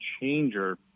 changer